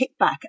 kickback